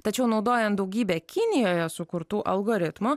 tačiau naudojant daugybę kinijoje sukurtų algoritmų